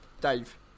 Dave